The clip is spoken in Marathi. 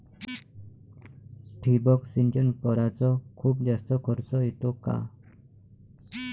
ठिबक सिंचन कराच खूप जास्त खर्च येतो का?